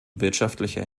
wirtschaftlicher